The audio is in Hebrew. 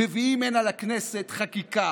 מביאים הנה לכנסת חקיקה